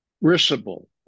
risible